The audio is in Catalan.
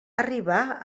arribà